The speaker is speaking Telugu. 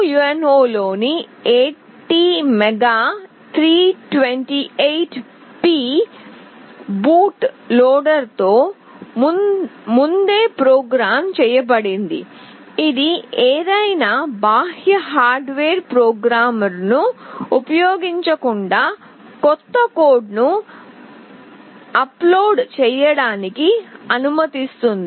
Arduino UNO లోని ATmega328P బూట్ లోడర్తో ముందే ప్రోగ్రామ్ చేయబడింది ఇది ఏదైనా బాహ్య హార్డ్వేర్ ప్రోగ్రామర్ను ఉపయోగించకుండా కొత్త కోడ్ను అప్లోడ్ చేయడానికి అనుమతిస్తుంది